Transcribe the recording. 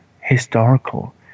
historical